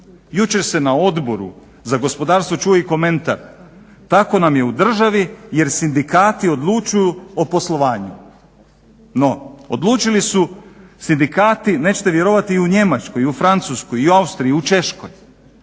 Jučer se na Odboru za gospodarstvo čuo i komentar tako nam je u državi jer sindikati odlučuju o poslovanju. No, odlučili su sindikati nećete vjerovati i u Njemačkoj i u Francuskoj i u Austriji i u Češkoj.